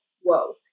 whoa